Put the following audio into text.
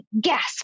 gasp